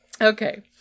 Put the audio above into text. Okay